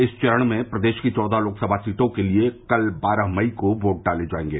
इस चरण में प्रदेश की चौदह लोकसभा सीटों के लिये कल बारह मई को वोट डाले जायेंगे